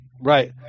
Right